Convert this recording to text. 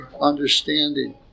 understanding